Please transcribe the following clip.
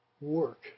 work